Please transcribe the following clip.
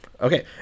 okay